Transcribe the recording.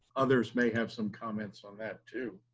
others may have some comments on that too.